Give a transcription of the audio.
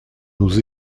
nous